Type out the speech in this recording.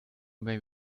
may